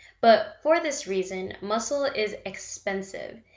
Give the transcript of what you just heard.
but for this reason, muscle is expensive,